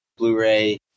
Blu-ray